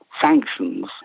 sanctions